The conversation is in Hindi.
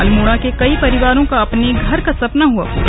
अल्मोड़ा के कई परिवारों का अपने घर का सपना हुआ पूरा